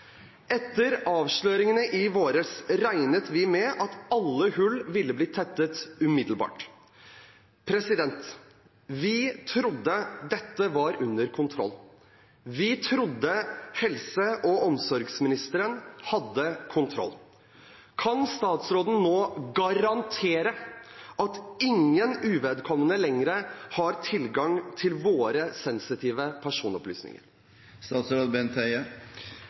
Etter avsløringene i våres regnet vi med at alle hull ville bli tettet umiddelbart. Vi trodde dette var under kontroll. Vi trodde helse- og omsorgsministeren hadde kontroll. Kan statsråden nå garantere at ingen uvedkommende lenger har tilgang til våre sensitive